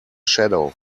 shadow